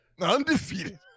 Undefeated